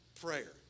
prayer